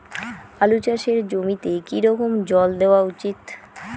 আলু চাষের জমিতে কি রকম জল দেওয়া উচিৎ?